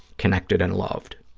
connected and loved.